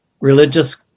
religious